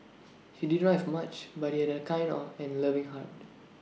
he did not have much but he had A kind on and loving heart